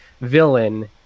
villain